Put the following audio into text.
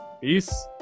Peace